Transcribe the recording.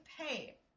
pay